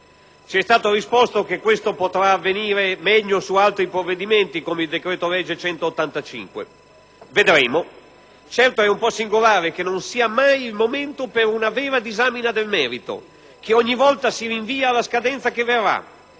Ci è stato risposto che questo potrà avvenire meglio su altri provvedimenti, come il decreto-legge n. 185, vedremo! Certo è un po' singolare che non sia mai il momento per una vera disamina del merito, che ogni volta si rinvii alla scadenza che verrà.